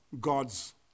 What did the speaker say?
God's